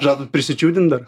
žadat prisičiūdint dar